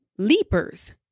Leapers